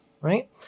Right